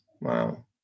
Wow